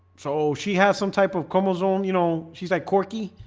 so she has some type of chromosome, you know, she's like quirky,